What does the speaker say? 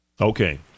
Okay